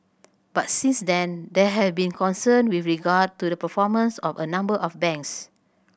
but since then there have been concern with regard to the performance of a number of banks